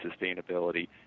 sustainability